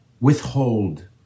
withhold